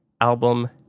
album